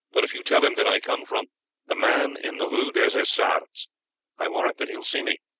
but if you tell him that i come from the man in the rue des essarts i warrant that he will see me.